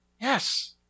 yes